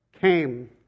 came